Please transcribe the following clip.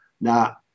Now